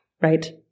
Right